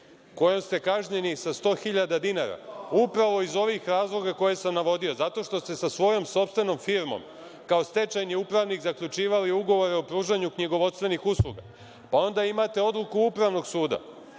kojom ste kažnjeni sa 100 hiljada dinara, upravo iz ovih razloga koje sam navodio, zato što ste sa svojom sopstvenom firmom kao stečajni upravnik zaključivali ugovore o pružanju knjigovodstvenih usluga. Pa, onda, imate odluku Upravnog suda,